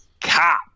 cop